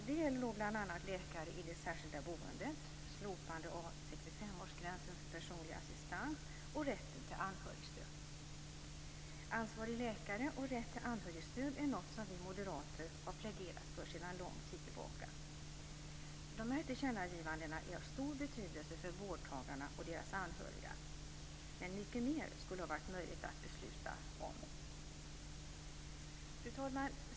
Det gäller bl.a. läkare i det särskilda boendet, slopandet av 65 årsgränsen för personlig assistans och rätten till anhörigstöd. Ansvarig läkare och rätt till anhörigstöd är något som vi moderater har pläderat för sedan lång tid tillbaka. Dessa tillkännagivanden är av stor betydelse för vårdtagarna och deras anhöriga. Men mycket mer skulle ha varit möjligt att besluta om. Fru talman!